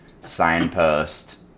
signpost